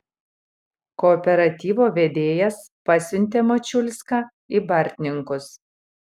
kooperatyvo vedėjas pasiuntė mačiulską į bartninkus